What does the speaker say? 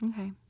okay